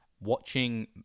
watching